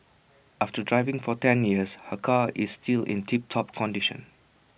after driving for ten years her car is still in tiptop condition